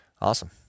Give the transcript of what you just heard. Awesome